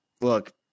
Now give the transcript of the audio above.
look